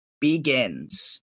begins